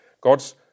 God's